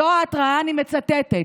וזו ההתראה, אני מצטטת: